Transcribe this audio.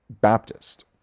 Baptist